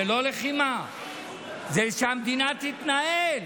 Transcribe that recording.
זה לא לחימה, זה שהמדינה תתנהל